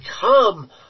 come